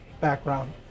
background